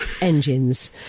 engines